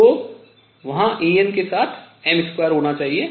तो वहां En के साथ m2 होना चाहिए